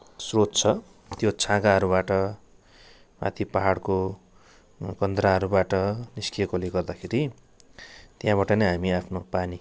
स्रोत छ त्यो छाँगाहरूबाट माथि पाहाडको कन्दराहरूबाट निस्किएकोले गर्दाखेरि त्यहाँबट नै हामी आफ्नो पानी